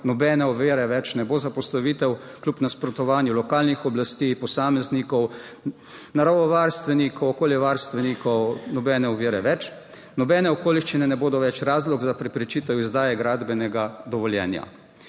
nobene ovire ne bo več za postavitev, kljub nasprotovanju lokalnih oblasti, posameznikov, naravovarstvenikov, okoljevarstvenikov – nobene ovire več. Nobene okoliščine ne bodo več razlog za preprečitev izdaje gradbenega dovoljenja.